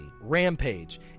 rampage